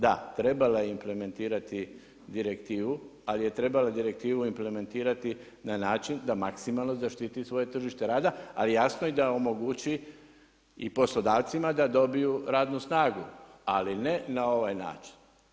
Da, trebala je implementirati direktivu, ali je trebala direktivu implementirati na način da maksimalno zaštiti svoje tržište rada ali jasno, i da omogući i poslodavcima da dobiju radnu snagu, ali ne na ovaj način.